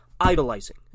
idolizing